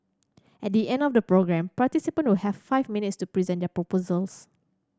at the end of the programme participant will have five minutes to present their proposals